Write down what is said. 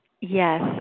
yes